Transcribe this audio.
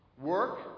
Work